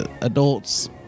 Adults